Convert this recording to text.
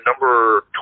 Number